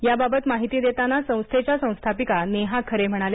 याबाबत माहिती देताना संस्थेच्या संस्थापिका नेहा खरे म्हणाल्या